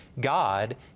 God